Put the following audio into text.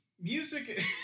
Music